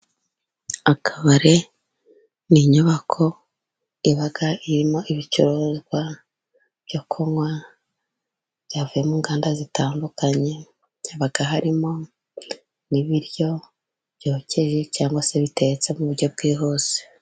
Akabari ni inyubako iba irimo ibicuruzwa byo kunywa, byavuye mu inganda zitandukanye, haba harimo n'ibiryo byokeje, cyangwa se bitetse mu buryo bwihuse.